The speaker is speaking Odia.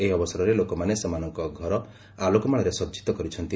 ଏହି ଅବସରରେ ଲୋକମାନେ ସେମାନଙ୍କ ଘର ଆଲୋକମାଳାରେ ସଜିତ କରିଛନ୍ତି